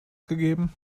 gegeben